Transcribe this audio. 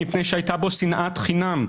מפני שהייתה בו שנאת חינם".